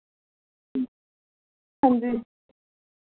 हांजी